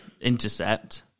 intercept